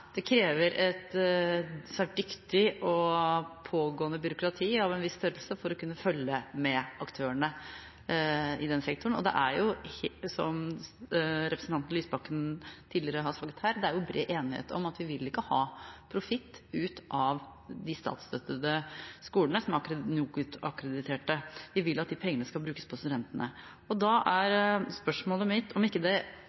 Det krever et svært dyktig og pågående byråkrati av en viss størrelse for å kunne følge med aktørene i den sektoren. Det er som representanten Lysbakken tidligere har sagt her: Det er bred enighet om at vi ikke vil ha profitt ut av de statsstøttede skolene som er NOKUT-akkrediterte. Vi vil at de pengene skal brukes på studentene. Da er spørsmålet mitt: Burde det ikke være av interesse for statsråden å finne måter å organisere det